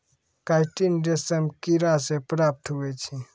chitin रेशम किड़ा से प्राप्त हुवै छै